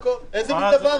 איזה מין דבר כזה?